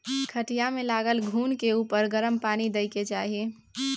खटिया मे लागल घून के उपर गरम पानि दय के चाही